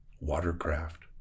watercraft